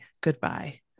goodbye